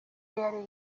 yari